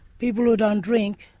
people who don't drink?